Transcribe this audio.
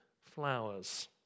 flowers